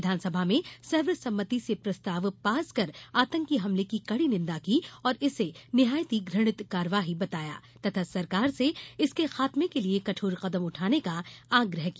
विधानसभा में सर्वसम्मति से प्रस्ताव पास कर आतंकी हमले की कड़ी निंदा की और इसे निहायत घ्रणित कार्यवाही बताया तथा सरकार से इसके खात्मे के लिये कठोर कदम उठाने का आग्रह किया